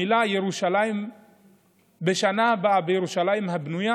המילים "בשנה הבאה בירושלים הבנויה"